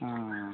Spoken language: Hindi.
हाँ